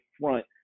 front